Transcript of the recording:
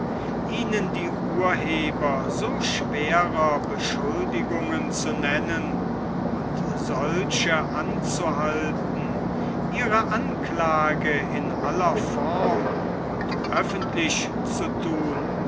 ihnen die urheber so schwerer beschuldigungen zu nennen und solche anzuhalten ihre anklage in aller form und öffentlich zu thun